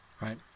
right